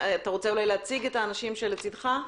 אתה רוצה להציג את האנשים שלצידך?